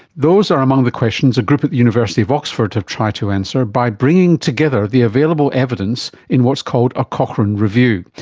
those are among the questions a group at the university of oxford have tried to answer by bringing together the available evidence in what's called a cochrane review.